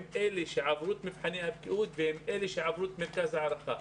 הם אלה שעברו אלת מבחני הבקיאות והם אלה שעברו את מבחני מרכז ההערכה.